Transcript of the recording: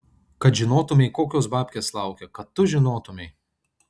kad žinotumei kokios babkės laukia kad tu žinotumei